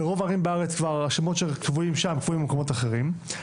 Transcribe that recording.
לרוב הערים בארץ השמות שקבועים שם קבועים במקומות אחרים,